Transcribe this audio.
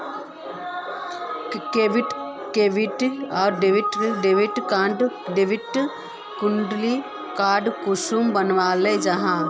Debit आर credit card कुंसम बनाल जाहा?